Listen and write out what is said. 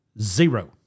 Zero